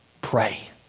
pray